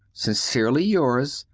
sincerely yours,